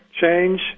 change